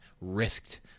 risked